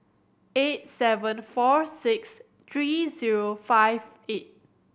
eight seven four six three zero five eight